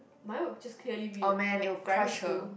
mine would just clearly be like my primary school